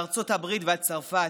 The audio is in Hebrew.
מארצות הברית ועד צרפת.